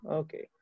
okay